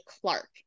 clark